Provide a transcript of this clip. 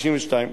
1992,